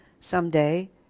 someday